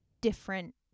different